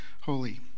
holy